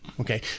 Okay